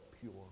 pure